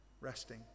resting